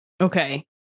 Okay